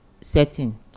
setting